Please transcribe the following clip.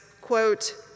quote